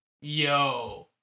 yo